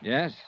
Yes